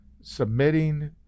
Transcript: submitting